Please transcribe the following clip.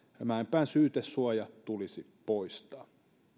mäenpään syytesuoja tulisi poistaa